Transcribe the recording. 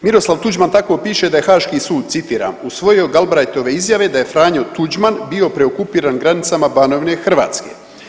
Miroslav Tuđman tako piše da je Haški sud citiram, usvojio Galbraithove izjave da je Franjo Tuđman bio preokupiran granicama Banovine Hrvatske.